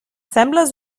sembles